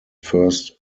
first